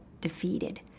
defeated